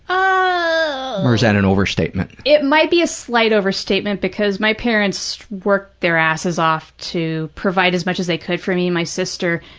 ah. or is that an overstatement? it might be a slight overstatement because my parents worked their asses off to provide as much as they could for me and my sister.